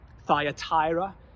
Thyatira